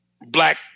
black